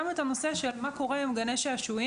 את הנושא של מה קורה עם גני שעשועים